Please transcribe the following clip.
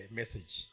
message